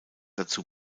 dazu